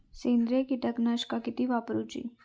सेंद्रिय कीटकनाशका किती वापरूची?